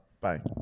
Bye